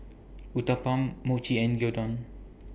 Uthapam Mochi and Gyudon